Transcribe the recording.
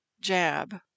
jab